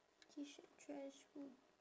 T shirt trash who